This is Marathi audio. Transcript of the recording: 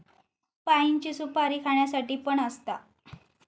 पाइनची सुपारी खाण्यासाठी पण असता